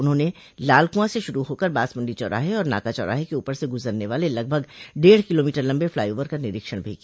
उन्होंने लाल कुआं से शुरू होकर बांसमण्डी चौराहे और नाका चौराहे के ऊपर से गुजरने वाले लगभग डेढ़ किलोमीटर लंबे फ्लाईओवर का निरीक्षण भी किया